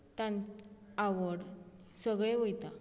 तन आवड सगळें वयता